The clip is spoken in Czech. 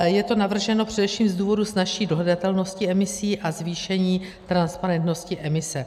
Je to navrženo především z důvodu snazší dohledatelnosti emisí a zvýšení transparentnosti emise.